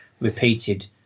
repeated